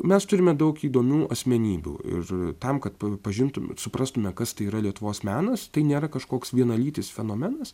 mes turime daug įdomių asmenybių ir tam kad pažintum suprastume kas tai yra lietuvos menas tai nėra kažkoks vienalytis fenomenas